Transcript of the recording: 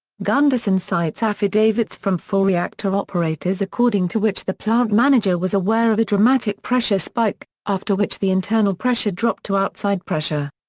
gundersen cites affidavits from four reactor operators according to which the plant manager was aware of a dramatic pressure spike, after which the internal pressure dropped to outside pressure.